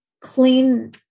clean